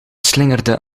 slingerde